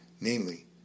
namely